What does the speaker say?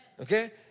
okay